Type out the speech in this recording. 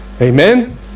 Amen